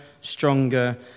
stronger